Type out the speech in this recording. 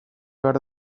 behar